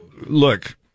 look